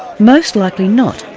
most likely not.